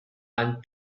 and